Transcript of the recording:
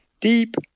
Deep